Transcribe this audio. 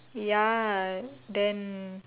ya then